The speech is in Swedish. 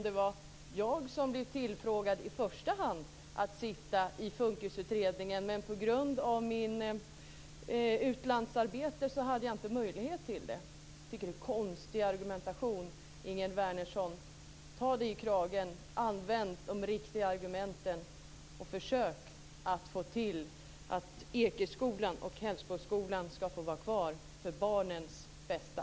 Det var jag som blev tillfrågad i första hand att sitta i FUNKIS utredningen, men på grund av utlandsarbete hade jag inte möjlighet till det. Det är en konstig argumentation, Ingegerd Wärnersson. Jag tycker att Ingegerd Wärnersson ska ta sig i kragen och använda de riktiga argumenten och försöka att få till att Ekeskolan och Hällsboskolan ska få vara kvar för barnens bästa!